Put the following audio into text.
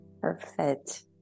Perfect